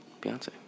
Beyonce